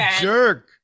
jerk